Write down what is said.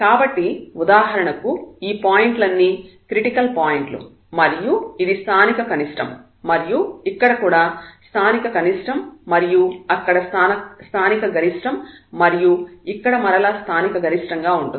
కాబట్టి ఉదాహరణకు ఈ పాయింట్ లన్నీ క్రిటికల్ పాయింట్లు మరియు ఇది స్థానిక కనిష్టం మరియు ఇక్కడ కూడా స్థానిక కనిష్టం మరియు అక్కడ స్థానికగరిష్టం మరియు ఇక్కడ మరలా స్థానికగరిష్టం గా ఉంటుంది